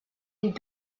die